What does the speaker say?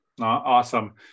Awesome